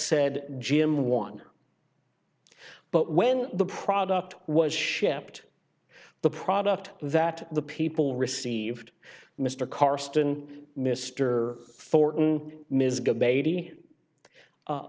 said jim one but when the product was shipped the product that the people received mr carsten mr fortan ms